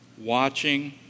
watching